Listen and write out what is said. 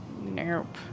Nope